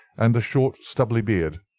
and a short stubbly beard.